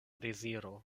deziro